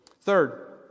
Third